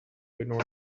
ignore